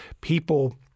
people